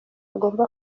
agomba